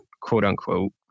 quote-unquote